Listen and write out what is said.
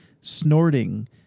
snorting